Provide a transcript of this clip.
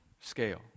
scale